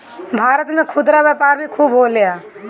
भारत में खुदरा व्यापार भी खूबे होला